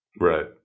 Right